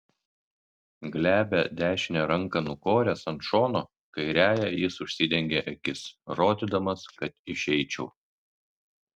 glebią dešinę ranką nukoręs ant šono kairiąja jis užsidengė akis rodydamas kad išeičiau